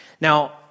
Now